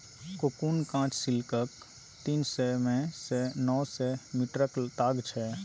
cocoon काँच सिल्कक तीन सय सँ नौ सय मीटरक ताग छै